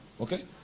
Okay